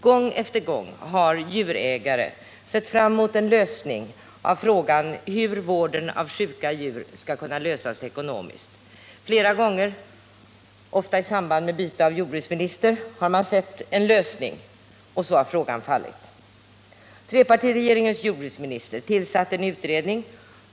Gång efter gång har djurägare sett fram mot en lösning av frågan hur vården av sjuka djur skall kunna finansieras. Flera gånger, ofta i samband med byte av jordbruksminister, har man sett en lösning — och så har frågan fallit. Trepartiregeringens jordbruksminister tillsatte en utredning.